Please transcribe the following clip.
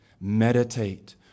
meditate